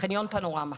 חניון פנורמה.